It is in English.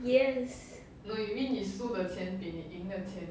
yes